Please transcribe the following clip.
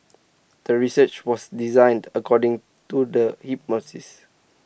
the research was designed according to the hypothesis